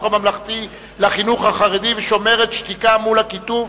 הממלכתי לחינוך החרדי ושומרת על שתיקה מול הקיטוב,